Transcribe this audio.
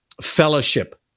fellowship